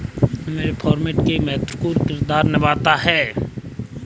प्रीतम स्थाई कृषि के लिए फास्फेट एक महत्वपूर्ण किरदार निभाता है